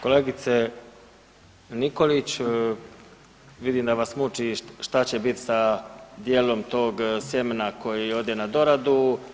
Kolegice Nikolić, vidim da vas muči šta će biti dijelom tog sjemena koje ode na doradu.